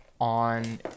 on